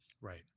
right